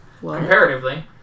comparatively